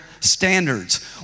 Standards